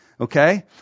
okay